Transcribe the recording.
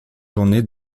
journée